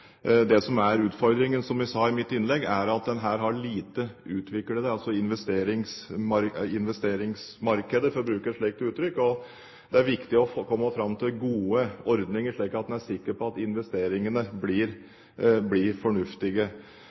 er utfordringen, som jeg sa i mitt innlegg, at man her har lite utviklede investeringsmarkeder – for å bruke et slikt uttrykk. Det er viktig å komme fram til gode ordninger, slik at man er sikker på at investeringene blir fornuftige.